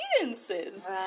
experiences